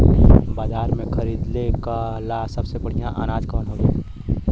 बाजार में खरदे ला सबसे बढ़ियां अनाज कवन हवे?